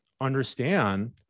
understand